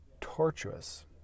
tortuous